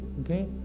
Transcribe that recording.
Okay